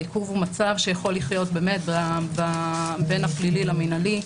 העיכוב הוא מצב שיכול לחיות באמת בין הפלילי למינהלי.